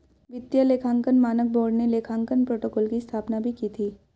वित्तीय लेखांकन मानक बोर्ड ने लेखांकन प्रोटोकॉल की स्थापना भी की थी